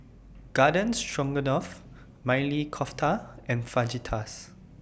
Garden Stroganoff Maili Kofta and Fajitas